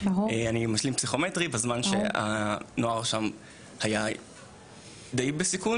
אני משלים פסיכומטרי בזמן שהנוער היה דיי בסיכון